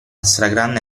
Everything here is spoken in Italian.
stragrande